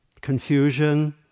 confusion